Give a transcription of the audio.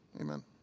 amen